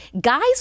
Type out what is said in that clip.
guys